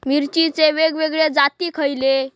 मिरचीचे वेगवेगळे जाती खयले?